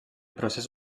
procés